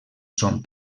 son